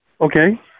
okay